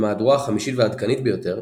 במהדורה החמישית והעדכנית ביותר,